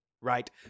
Right